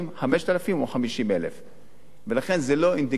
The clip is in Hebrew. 5,000 או 50,000. ולכן זו לא אינדיקציה.